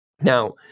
Now